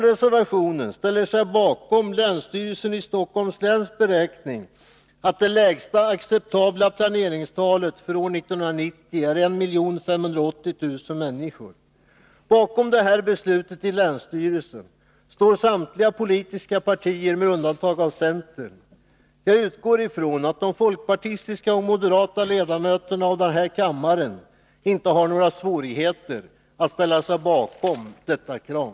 Reservationen ställer sig bakom länsstyrelsens i Stockholms län beräkning att det lägsta acceptabla planeringstalet för år 1990 är 1 580 000 människor. Bakom detta beslut i länsstyrelsen står samtliga politiska partier med undantag av centern. Jag utgår ifrån att de folkpartistiska och moderata ledamöterna av denna kammare inte har några svårigheter att ställa sig bakom detta krav.